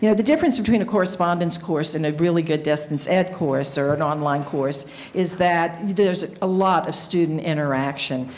you know the difference between a correspondence course and a really good distance ed course or an online course is that there is a lot of student interaction.